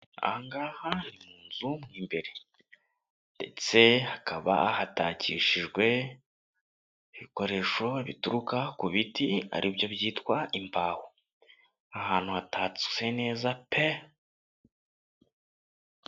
Aha ngaha ni mu nzu imbere ndetse hakaba hatakishijwe ibikoresho bituruka ku biti ari byo byitwa imbaho, aha hantu hatatse neza pe.